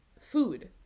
food